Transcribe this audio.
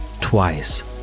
twice